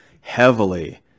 heavily